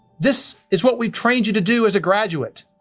this is what we trained you to do as a graduate.